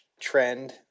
trend